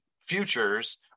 futures